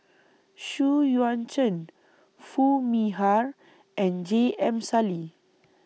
Xu Yuan Zhen Foo Mee Har and J M Sali